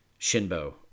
Shinbo